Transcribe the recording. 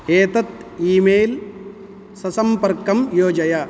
एतत् ईमेल् ससम्पर्कं योजय